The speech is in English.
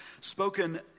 spoken